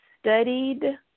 studied